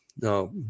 no